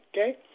okay